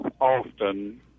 often